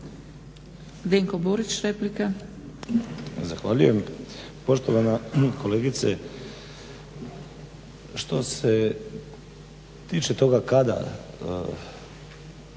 Dinko Burić, replika.